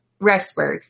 Rexburg